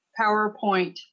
PowerPoint